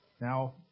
Now